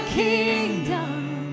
kingdom